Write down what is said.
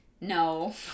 No